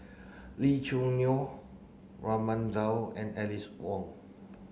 Lee Choo Neo Raman Daud and Alice Ong